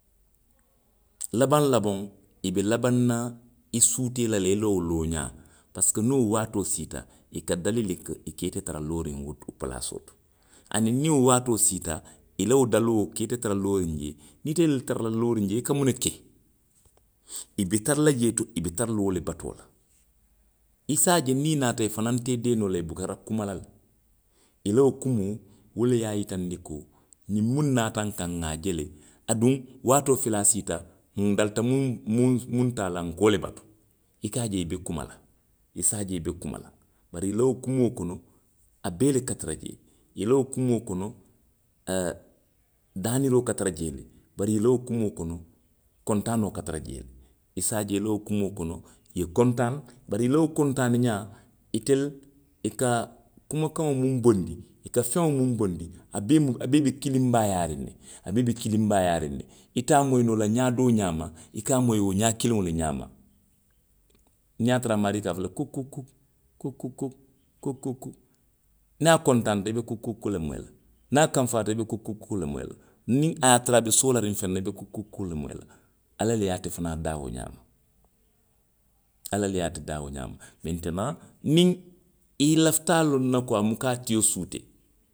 Labaŋ labaŋo. i be labaŋ na i suutee la le i la wo looňaa. Parisiko niŋ wo waatoo siita. i ka dali le i ke, i ka i tara looriŋ wo du, wo palaasoo to. Aniŋ niŋ wo waatoo siita, i la wo daloo ka ite tara looriŋ jee, ite be tara looriŋ jee, i ka muŋ ne ke? I be tara la jee to, i be tara la wo le batoo la. I se a je niŋ i naata, i fanaŋ nu te i dee noo la i bukara la kuma la le. I la wo kumoo, wo le ye a yitandi ko, ňiŋ muŋ naata nkaŋ, nŋa a je le aduŋ waatoo fe le a siita, ndalita muŋ, muŋ, muŋ taa la, nka wo le batu. I ka a je i be kuma la, i se a je i be kuma la. Bari i la wo kumoo kono, a bee le ka tara je. I la wo kumoo kono, daaniroo ka tara jee, bari la wo kumoo kono. kontaanoo ka tara jee le. I se a je i la wo kumoo kono. i ye kontaani, bari i la wo kontaani ňaa. itelu, i kakumakaŋo muŋ bondi. i ka feŋo muŋ bondi. a bee mu, a bee be kilinbaayaariŋ ne. Ite a moyi noo la ňaa doo ňaama, i ka a moyi wo ňaa kiliŋo le ňaama. Niŋ ye a tara a maarii ka a fo kuu. kuu, kuu, kuru. Niŋ akontaanita i be kuu kuu le moyi la, niŋ a kanfata ibe kuu kuu kuu le moyi la. Niŋ a ye a tara a be soolariŋ feŋ na i be kuu kuu kuu le moyi la. Ala le ye ate fanaŋ daa wo ňaama, ala le ye ate daa wo ňaama. Mentonaŋ, niŋ i lafita a loŋ na ko a muka atio suutee,